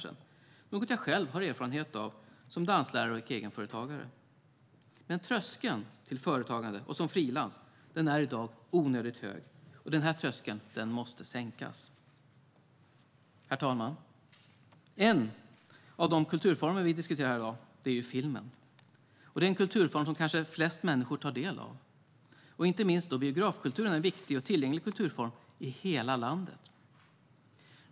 Det är något jag själv har erfarenhet av som danslärare och egenföretagare. Men tröskeln till företagande och frilansarbete är i dag onödigt hög. Denna tröskel måste sänkas. Herr talman! En av de kulturformer vi diskuterar i dag är filmen. Det är kanske den kulturform som flest människor tar del av. Inte minst biografkulturen är en viktig och tillgänglig kulturform i hela landet.